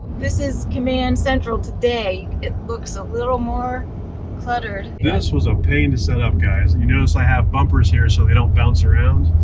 this is command central today. it looks a little more cluttered this was a pain to set up, guys. you notice i have bumpers here so they don't bounce around.